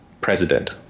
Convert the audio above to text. president